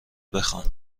بخوان